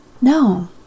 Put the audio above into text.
No